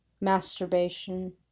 masturbation